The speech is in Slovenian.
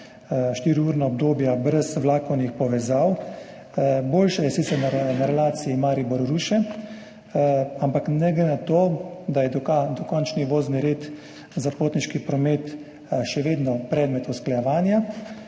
štiriurna obdobja brez vlakovnih povezav. Boljše je sicer na relaciji Maribor–Ruše. Ampak ne glede na to, da je dokončni vozni red za potniški promet še vedno predmet usklajevanja,